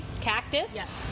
cactus